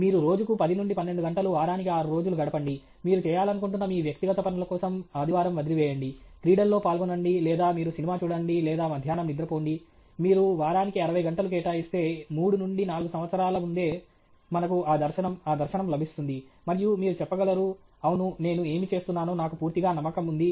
మీరు రోజుకు 10 నుండి 12 గంటలు వారానికి 6 రోజులు గడపండి మీరు చేయాలనుకుంటున్న మీ వ్యక్తిగత పనుల కోసం ఆదివారం వదిలివేయండి క్రీడల్లో పాల్గొనండి లేదా మీరు సినిమా చూడండి లేదా మధ్యాహ్నం నిద్రపోండి మీరు వారానికి 60 గంటలు కేటాయిస్తే 3 నుండి 4 సంవత్సరాల ముందే మనకు ఆ దర్శనం ఆ దర్శనం లభిస్తుంది మరియు మీరు చెప్పగలరు అవును నేను ఏమి చేస్తున్నానో నాకు పూర్తిగా నమ్మకం ఉంది